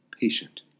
patient